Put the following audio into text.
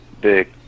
Big